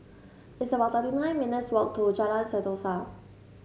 it's about thirty nine minutes' walk to Jalan Sentosa